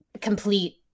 complete